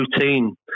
routine